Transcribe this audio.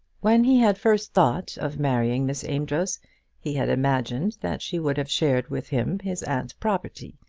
when he had first thought of marrying miss amedroz he had imagined that she would have shared with him his aunt's property,